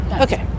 Okay